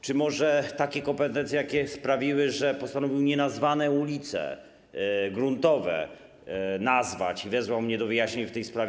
Czy może takie kompetencje, jakie sprawiły, że postanowił nienazwane ulice gruntowe nazwać i wezwał mnie do udzielenia wyjaśnień w tej sprawie.